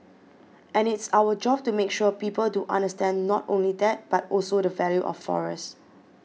and it's our job to make sure people do understand not only that but also the value of forest